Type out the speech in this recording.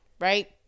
Right